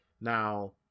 Now